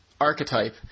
archetype